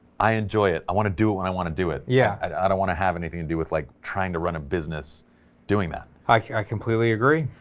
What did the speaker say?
i enjoy it, i want to do it when i want to do it, yeah, i don't want to have anything to do with like trying to run a business doing that. i i completely agree,